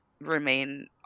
remain